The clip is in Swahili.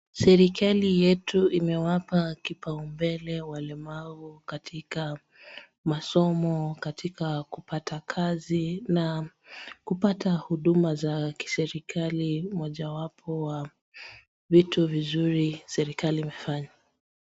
Serikali yetu imewapa kipaumbele walemavu katika masomo, katika kupata kazi na kupata huduma za kiserikali. Mojawapo wa vitu vizuri serikali imefanya.